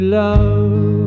love